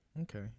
okay